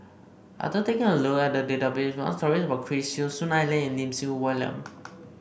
after taking a look at the database we found stories about Chris Yeo Soon Ai Ling and Lim Siew Wai William